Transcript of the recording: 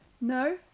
No